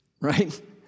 right